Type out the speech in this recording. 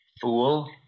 Fool